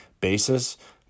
basis